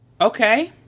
Okay